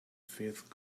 fifth